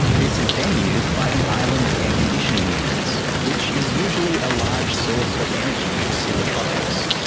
this is then used by the island's air conditioning units which is usually a large source of energy use in the tropics.